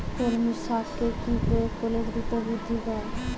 কলমি শাকে কি প্রয়োগ করলে দ্রুত বৃদ্ধি পায়?